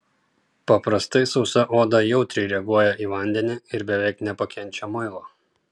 paprastai sausa oda jautriai reaguoja į vandenį ir beveik nepakenčia muilo